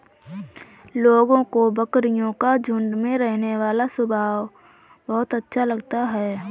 लोगों को बकरियों का झुंड में रहने वाला स्वभाव बहुत अच्छा लगता है